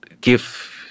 give